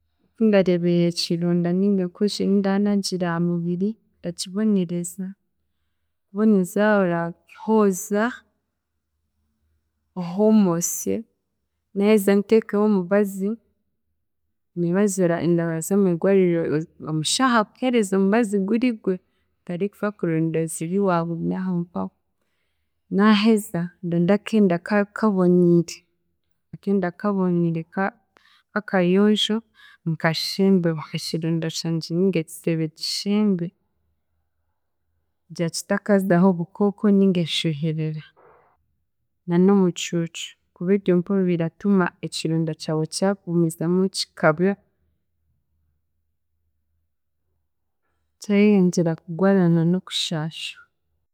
Kundareeba ekironda ninga enkojo ei nda naagira aha mubiri ndagibonereza, boneza, orahooza, ohoomoose, naaheza ntenkeho omubazi, emibazi ora- ndaza omwigwariro omushaho akuheereze omubazi guri gwe otari kufa kurondooza ebi waabona aho mpaho, naaheza ndonde akenda ka- kaboniire, akenda kaboniire ka k'akayonjo nkashembeho ekironda kyangye ninga ekisebe nkishembe kugira kitakaazaho obukooko ninga eshoherera na n'omucuucu kuba eryo mpaho biratuma ekironda kyawe kyagumizamu kikaba, kyayeyongyera kugwara na n'okushaasha.